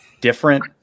different